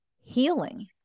healing